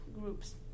groups